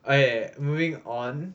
okay moving on